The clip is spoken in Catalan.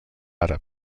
àrab